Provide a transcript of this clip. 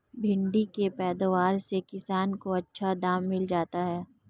भिण्डी के पैदावार से किसान को अच्छा दाम मिल जाता है